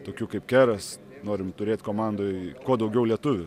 tokių kaip keras norim turėt komandoj kuo daugiau lietuvių